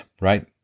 right